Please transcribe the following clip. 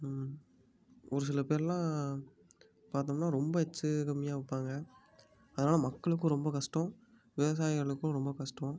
ஒரு சில பேரெல்லாம் பார்த்தம்னா ரொம்ப எச்ட்சு கம்மியாக விற்பாங்க அதனால மக்களுக்கும் ரொம்ப கஷ்டம் விவசாயிகளுக்கும் ரொம்ப கஷ்டம்